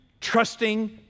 trusting